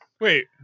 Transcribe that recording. Wait